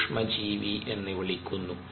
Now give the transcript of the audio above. സൂക്ഷ്മ ജീവി എന്നു വിളിക്കുന്നു